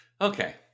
Okay